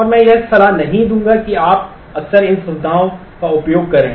और मैं यह सलाह नहीं दूंगा कि आप अक्सर इन सुविधाओं का उपयोग करें